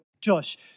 josh